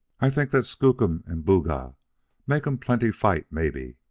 i t'ink dat skookum and booga make um plenty fight maybe,